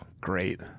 Great